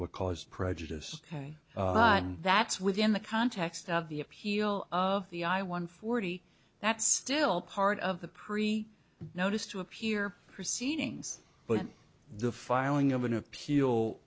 were caused prejudice ok that's within the context of the appeal of the i one forty that's still part of the pre notice to appear proceedings but the filing of an appeal